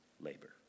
labor